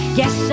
yes